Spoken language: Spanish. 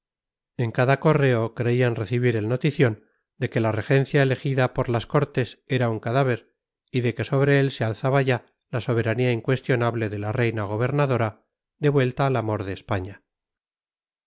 en cada correo creían recibir el notición de que la regencia elegida por las cortes era un cadáver y de que sobre él se alzaba ya la soberanía incuestionable de la reina gobernadora devuelta al amor de españa